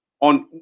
on